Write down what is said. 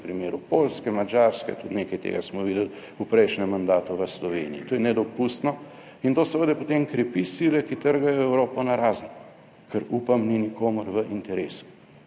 na primeru Poljske, Madžarske, tudi nekaj tega smo videli v prejšnjem mandatu v Sloveniji. To je nedopustno in to seveda potem krepi sile, ki trgajo Evropo narazen, kar, upam, ni nikomur v interesu,